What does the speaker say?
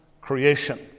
creation